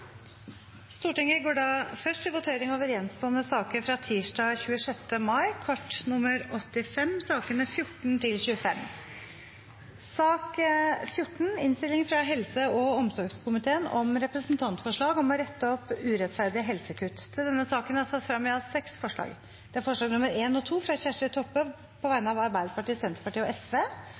Stortinget går da først til votering over gjenstående saker på dagsorden nr. 85 fra tirsdag 26. mai, som er sakene nr. 14–25. Under debatten er det satt frem i alt seks forslag. Det er forslagene nr. 1 og 2, fra Kjersti Toppe på vegne av Arbeiderpartiet, Senterpartiet og